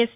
yes